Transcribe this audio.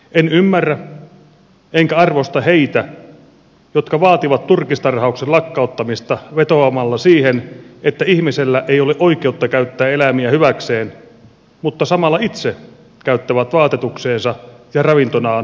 en ymmärrä enkä arvosta heitä jotka vaativat turkistarhauksen lakkauttamista vetoamalla siihen että ihmisellä ei ole oikeutta käyttää eläimiä hyväkseen mutta samalla itse käyttävät vaatetukseensa ja ravintonaan eläinkunnan tuotteita